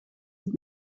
het